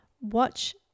watch